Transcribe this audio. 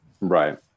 Right